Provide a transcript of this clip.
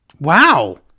Wow